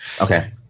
Okay